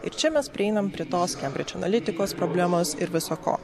ir čia mes prieinam prie tos kembridž analitikos problemos ir viso ko